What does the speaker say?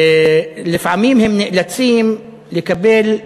לפעמים הם נאלצים לקבל,